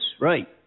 right